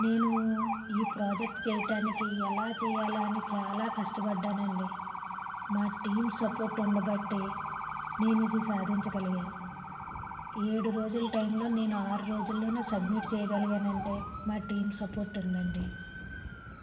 నేను ఈ ప్రాజెక్టు చేయటానికి ఎలా చేయాలా అని చాలా కష్టపడ్డాను అండి మా టీం సపోర్ట్ ఉండబట్టి నేను ఇది సాధించగలిగాను ఏడు రోజులు టైంలో నేను ఆరు రోజులలో సబ్మిట్ చేయగలిగాను అంటే మా టీం సపోర్ట్ ఉంది అండి